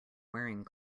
wearing